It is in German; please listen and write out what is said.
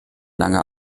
lange